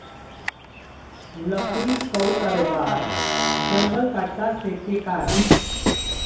लकड़ी कअ कारोबार जंगल कटला के कारण महँग होत जात बाटे